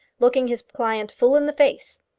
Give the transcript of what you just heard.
looking his client full in the face.